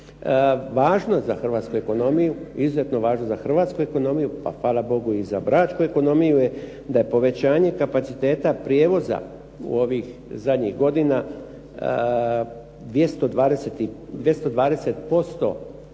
Važnost za hrvatsku ekonomiju, izuzetnu važnost za hrvatsku ekonomiju, pa hvala Bogu i za bračku ekonomiju je da povećanje kapaciteta prijevoza u ovih zadnjih godina 220% što